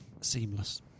Seamless